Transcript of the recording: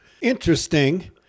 Interesting